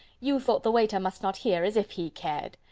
you thought the waiter must not hear, as if he cared!